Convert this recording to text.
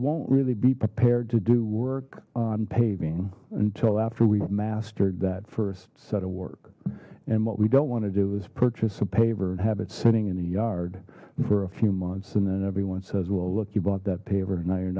won't really be prepared to do work on paving until after we've mastered that first set of work and what we don't want to do is purchase a paver and have it sitting in a yard for a few months and then everyone says well look you bought that paver and now you're